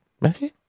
Matthew